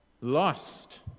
lost